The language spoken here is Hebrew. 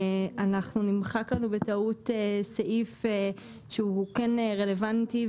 נמחק לנו בטעות סעיף שהוא כן רלוונטי,